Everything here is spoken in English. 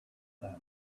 them